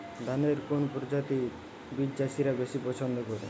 ধানের কোন প্রজাতির বীজ চাষীরা বেশি পচ্ছন্দ করে?